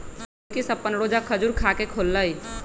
बिलकिश अप्पन रोजा खजूर खा के खोललई